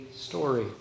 story